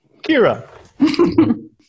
Kira